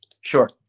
sure